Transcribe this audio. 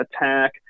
attack